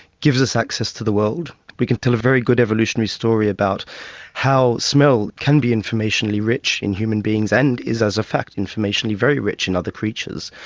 gives us access to the world. we can tell a very good evolutionary story about how smell can be informationally rich in human beings and is as fact informationally, very rich in other creatures,